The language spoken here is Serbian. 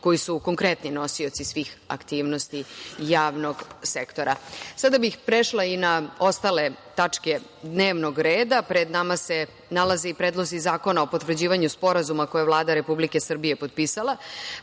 koji su konkretni nosioci svih aktivnosti javnog sektora. Sada bih prešla i na ostale tačke dnevnog reda. Pred nama se nalaze predlozi zakona o potvrđivanju sporazuma, koje je Vlada Republike Srbije potpisala. Prvi